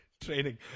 Training